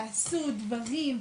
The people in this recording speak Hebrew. תעשו דברים,